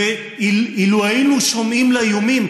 אילו היינו שומעים לאיומים,